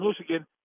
Michigan